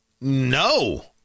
no